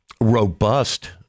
robust